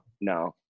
No